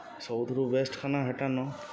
ସବୁ ଥିରୁୁ ୱେଷ୍ଟ୍ ଖାନା ହେଟାନ